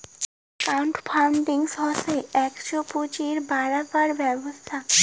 crowd funding হসে একটো পুঁজি বাড়াবার ব্যবস্থা